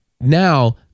now